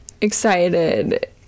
excited